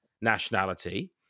nationality